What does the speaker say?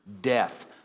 death